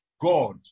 God